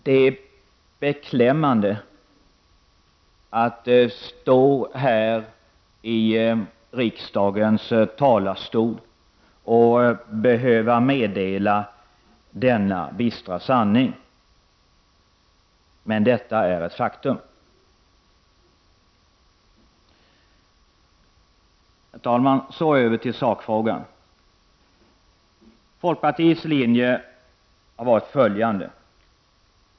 Det är beklämmande att stå här i riksdagens talarstol och behöva meddela denna bistra sanning. Men detta är ett faktum. Herr talman! Så över till sakfrågan. Folkpartiets linje har varit följande.